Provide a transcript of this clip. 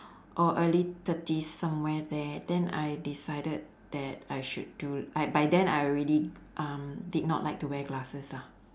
or early thirties somewhere there then I decided that I should do I by then I already um did not like to wear glasses ah